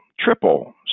triple